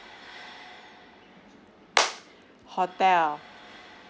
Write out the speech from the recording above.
hotel